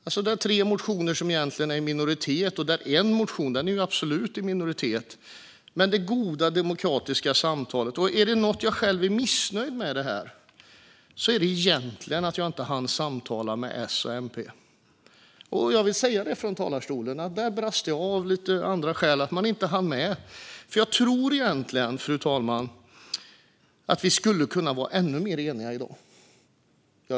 Det fanns tre motioner som egentligen var i minoritet, och en motion var absolut i minoritet. Men det handlade om det goda demokratiska samtalet. Om det är något som jag själv är missnöjd med här är det egentligen att jag inte hann samtala med S och MP. Jag vill säga det från talarstolen; där brast jag, av lite olika skäl. Jag hann inte med. Jag tror egentligen, fru talman, att vi skulle kunna vara ännu mer eniga i dag.